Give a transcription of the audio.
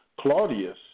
claudius